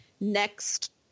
Next